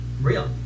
real